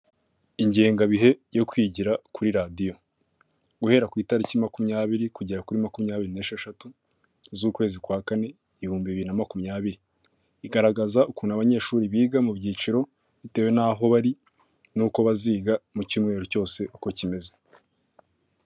Ingengabihe yo kwigira kuri Radiyo, guhera ku itariki makumyabiri kugera kuri makumyabiri nesheshatu z'ukwezi kwa kane ibihumbi binbiri na makumyabiri, igaragaza ukuntu abanyeshuri biga mu byiciro bitewe n'aho bari nuko baziga mu cyumweru cyose uko kimeze.